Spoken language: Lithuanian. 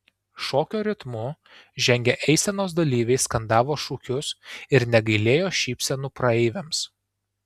šokio ritmu žengę eisenos dalyviai skandavo šūkius ir negailėjo šypsenų praeiviams